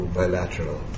bilateral